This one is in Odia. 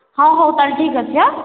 ହଁ ହଉ ତା'ହେଲେ ଠିକ୍ ଅଛି ହାଁ